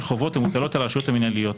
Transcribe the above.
החובות המוטלות על הרשויות המנהליות.